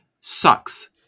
sucks